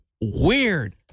Weird